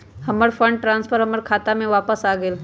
हमर fund transfer हमर खाता में वापस आ गेल